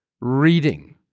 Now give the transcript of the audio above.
reading